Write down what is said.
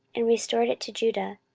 and restored it to judah,